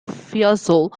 fiesole